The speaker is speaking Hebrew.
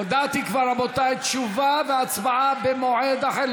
הודעתי כבר, רבותיי: תשובה והצבעה במועד אחר.